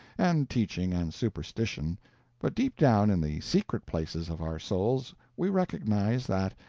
and teaching, and superstition but deep down in the secret places of our souls we recognize that,